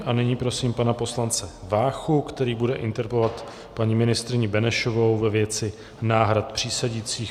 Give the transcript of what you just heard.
A nyní prosím pana poslance Váchu, který bude interpelovat paní ministryni Benešovou ve věci náhrad přísedících.